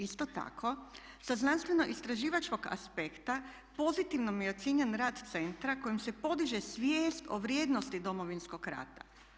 Isto tako sa znanstveno-istraživačkog aspekta pozitivno je ocijenjen rad centra kojim se podiže svijest o vrijednosti Domovinskog rata.